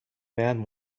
man